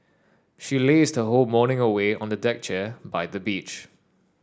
she lazed her whole morning away on a deck chair by the beach